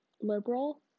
liberal